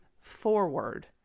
forward